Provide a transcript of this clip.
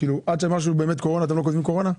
עד שמשהו הוא באמת קורונה אתם לא כותבים קורונה?